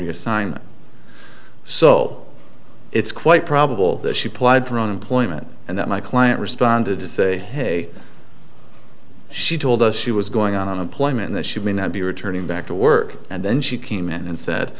reassign so it's quite probable that she plied for unemployment and that my client responded to say hey she told us she was going on employment that she may not be returning back to work and then she came in and said